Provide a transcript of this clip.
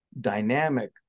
dynamic